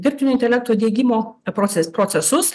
dirbtinio intelekto diegimo proces procesus